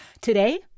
Today